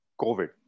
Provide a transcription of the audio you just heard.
COVID